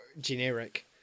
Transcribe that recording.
generic